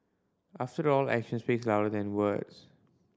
after all actions speak louder than words